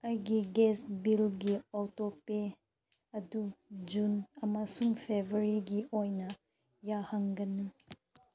ꯑꯩꯒꯤ ꯒꯦꯁ ꯕꯤꯜꯒꯤ auto pay ꯑꯗꯨ ꯖꯨꯟ ꯑꯃꯁꯨꯡ ꯐꯦꯕꯋꯥꯔꯤꯒꯤ ꯑꯣꯏꯅ ꯌꯥꯍꯟꯒꯅꯨ